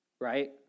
right